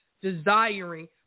desiring